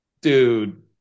dude